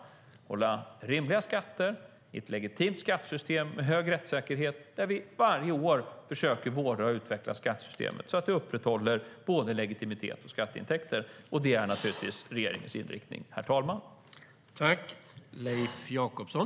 Vi måste hålla rimliga skatter i ett legitimt skattesystem med stor rättssäkerhet där vi varje år försöker vårda och utveckla skattesystemet så att vi upprätthåller både legitimitet och skatteintäkter. Det är regeringens inriktning, herr talman.